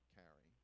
carry